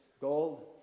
gold